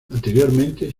anteriormente